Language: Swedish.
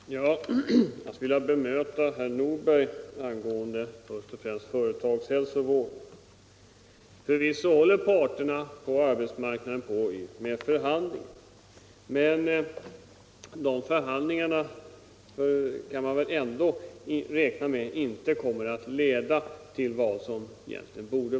Fru talman! Jag vill bemöta herr Nordberg, först och främst angående företagshälsovården. Förvisso håller arbetsmarknadsparterna på med förhandlingar. Men man kan väl ändå räkna med att dessa förhandlingar inte kommer att leda till önskat resultat.